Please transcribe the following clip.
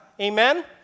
Amen